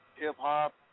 hip-hop